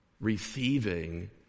receiving